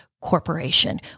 corporation